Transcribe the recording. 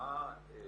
אני